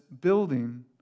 building